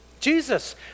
Jesus